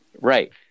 Right